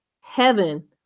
Heaven